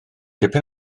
dipyn